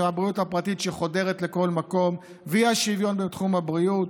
והבריאות הפרטית שחודרת לכל מקום והאי-שוויון בתחום הבריאות.